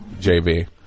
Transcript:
jb